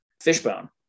Fishbone